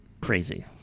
crazy